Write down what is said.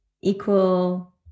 equal